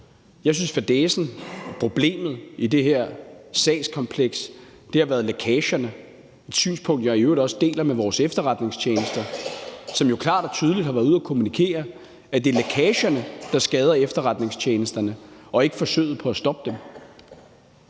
Jeg synes, at fadæsen, problemet, i det her sagskompleks har været lækagerne – et synspunkt, som jeg i øvrigt også deler med vores efterretningstjenester, som jo klart og tydeligt har været ude at kommunikere, at det er lækagerne, der skader efterretningstjenesterne, og ikke forsøget på at stoppe dem.